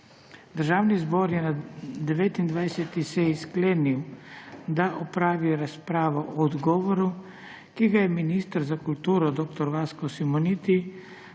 Državni zbor je na 29. seji sklenil, da opravi razpravo o odgovoru, ki ga je minister za kulturo dr. Vasko Simoniti podal